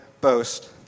boast